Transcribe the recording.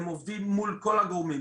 הם עובדים מול כל הגורמים,